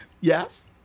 yes